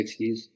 60s